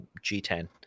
G10